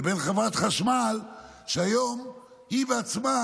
וחברת חשמל, שהיום היא בעצמה,